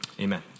Amen